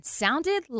sounded